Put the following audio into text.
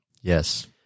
Yes